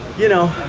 you know,